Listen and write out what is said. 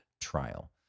trial